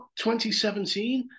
2017